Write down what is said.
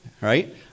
right